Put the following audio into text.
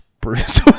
Bruce